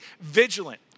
vigilant